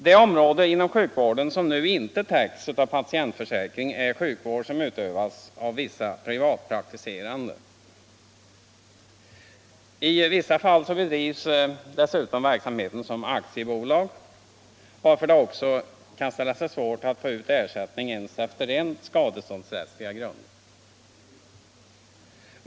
Det område inom sjukvården som nu inte täcks av patientförsäkring är sjukvård som utövas av vissa privatpraktiserande. I vissa fall bedrivs dessutom verksamheten som aktiebolag, varför det också kan ställa sig svårt att få ut ersättning ens efter rent skadeståndsrättsliga grunder.